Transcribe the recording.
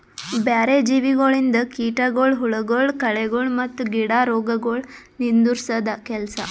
ಬ್ಯಾರೆ ಜೀವಿಗೊಳಿಂದ್ ಕೀಟಗೊಳ್, ಹುಳಗೊಳ್, ಕಳೆಗೊಳ್ ಮತ್ತ್ ಗಿಡ ರೋಗಗೊಳ್ ನಿಂದುರ್ಸದ್ ಕೆಲಸ